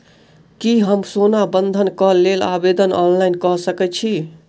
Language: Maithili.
की हम सोना बंधन कऽ लेल आवेदन ऑनलाइन कऽ सकै छी?